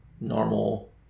normal